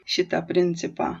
šitą principą